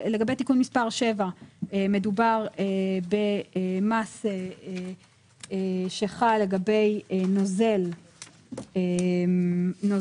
לגבי תיקון מספר 7 מדובר במס שחל לגבי נוזל של